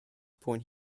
point